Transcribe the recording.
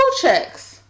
checks